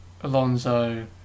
Alonso